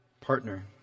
partner